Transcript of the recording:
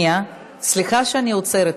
סליחה שאני עוצרת אותך,